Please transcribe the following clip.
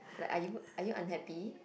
like are you are you unhappy